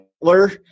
Hitler